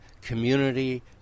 community